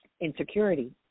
insecurity